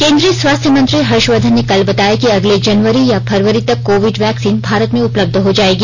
केन्द्रीय स्वास्थ्य मंत्री हर्षवर्धन ने कल बताया कि अगले जनवरी या फरवरी तक कोविड वैक्सीन भारत में उपलब्ध हो जाएगी